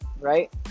right